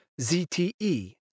ZTE